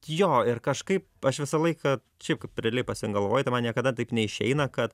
jo ir kažkaip aš visą laiką šiaip kai realiai pasigalvoji tai man niekada taip neišeina kad